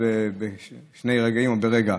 בשני רגעים או ברגע,